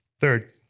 Third